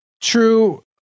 True